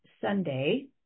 Sunday